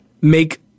make